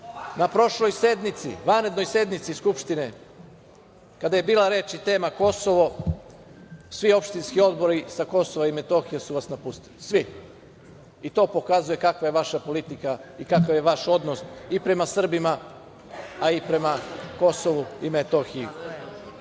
prošloj vanrednoj sednici Skupštine kada je bila reč i tema Kosovo svi opštinski odbori sa Kosova i Metohije su vas napustili, svi i to pokazuje kakva je vaša politika i kakav je vaš odnos i prema Srbima, a i prema Kosovu i Metohiji. To